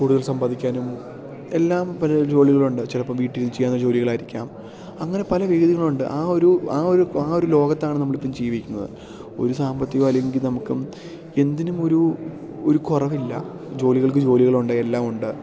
കൂടുതൽ സമ്പാദിക്കാനും എല്ലാം പല ജോലികളുണ്ട് ചിലപ്പം വീട്ടിൽ ചെയ്യാവുന്ന ജോലികളായിരിക്കാം അങ്ങനെ പല വേദികളുണ്ട് ആ ഒരു ആ ഒരു ആ ഒരു ലോകത്താണ് നമ്മളിപ്പം ജീവിക്കുന്നത് ഒരു സാമ്പത്തികമോ അല്ലെങ്കിൽ നമുക്കും എന്തിനും ഒരു ഒരു കുറവില്ല ജോലികൾക്ക് ജോലികളുണ്ട് എല്ലാം ഉണ്ട്